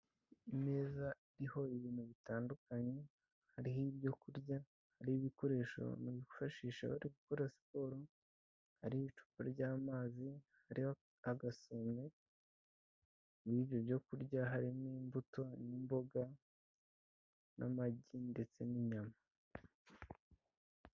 Imeza iriho ibintu bitandukanye hariho ibyo kurya hariho ibikoresho bifashisha bari gukora siporo, hari icupa ry'amazi hariho agasume, n'ibyo kurya harimo imbuto n'imboga, n'amagi ndetse n'inyama.